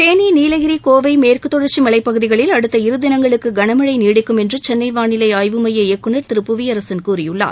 தேனி நீலகிரி கோவை மேற்குத் தொடர்ச்சி மவைப்பகுதிகளில் அடுத்த இரு தினங்களுக்கு கனமழை நீடிக்கும் என்று சென்னை வானிலை ஆய்வு மைய இயக்குநர் திரு புவியரசன் கூறியுள்ளார்